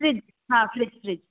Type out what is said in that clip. fridge हा fridge fridge